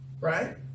Right